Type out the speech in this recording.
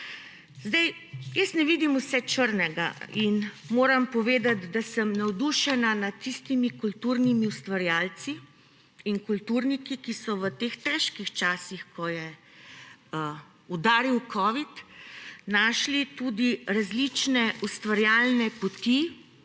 počne. Jaz ne vidim vse črno in moram povedati, da sem navdušena nad tistimi kulturnimi ustvarjalci in kulturniki, ki so v teh težkih časih, ko je udaril covid, našli tudi različne ustvarjalne poti,